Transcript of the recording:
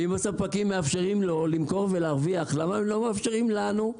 ואם הספקים מאפשרים לו למכור ולהרוויח למה הם לא מאפשרים לנו?